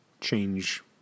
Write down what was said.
change